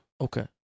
Okay